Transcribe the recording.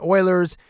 Oilers